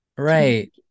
right